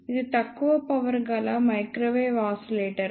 ఇది తక్కువ పవర్ గల మైక్రోవేవ్ ఆసిలేటర్